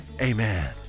Amen